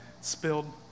spilled